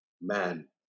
Man